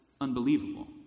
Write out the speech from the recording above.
unbelievable